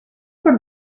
for